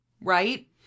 right